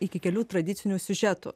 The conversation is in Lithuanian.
iki kelių tradicinių siužetų